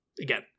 again